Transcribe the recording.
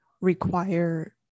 require